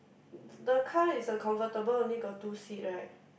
the car is a comfortable they got two seat right